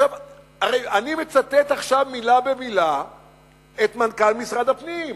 הרי אני מצטט עכשיו מלה במלה את מנכ"ל משרד הפנים.